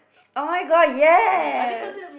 [oh]-my-god ya